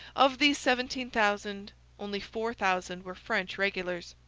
of these seventeen thousand only four thousand were french regulars.